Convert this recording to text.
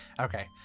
Okay